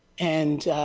and,